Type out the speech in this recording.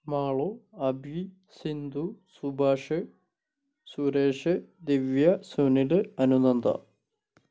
Malu Abhi Sindhu Subhash Suresh Divya Sunil Anunanda